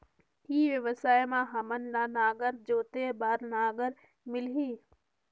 ई व्यवसाय मां हामन ला नागर जोते बार नागर मिलही?